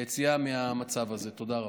תודה רבה.